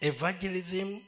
Evangelism